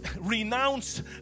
renounce